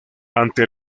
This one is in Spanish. ante